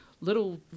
little